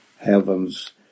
heaven's